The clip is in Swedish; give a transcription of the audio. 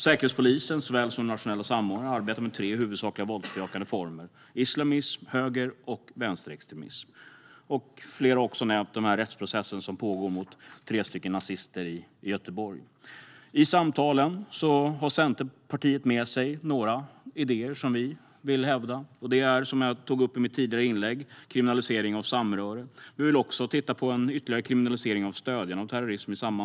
Säkerhetspolisen såväl som den nationella samordnaren arbetar med tre huvudsakliga våldsbejakande former: islamism, högerextremism och vänsterextremism. Flera har också nämnt den rättsprocess som pågår mot tre nazister i Göteborg. I samtalen har Centerpartiet med sig några idéer som Centerpartiet vill hävda. Det gäller, som jag tog upp i mitt tidigare inlägg, kriminalisering av samröre. Vi vill i samma anda också titta på en ytterligare kriminalisering av stödjande av terrorism.